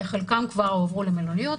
חלקם כבר הועברו למלוניות,